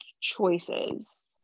choices